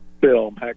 film